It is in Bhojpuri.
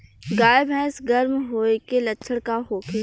गाय भैंस गर्म होय के लक्षण का होखे?